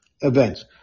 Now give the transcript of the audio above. events